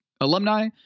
alumni